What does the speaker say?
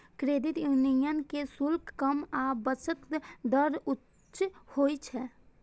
credit union के शुल्क कम आ बचत दर उच्च होइ छै